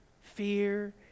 fear